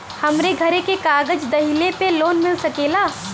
हमरे घरे के कागज दहिले पे लोन मिल सकेला?